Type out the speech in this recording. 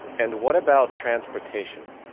and what about transportation?